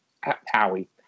Howie